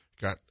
got